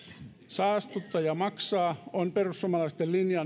saastuttaja maksaa on perussuomalaisten linja